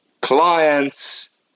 clients